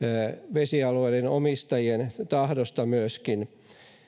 vesialueiden omistajien tahdosta myöskin